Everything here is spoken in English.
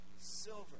silver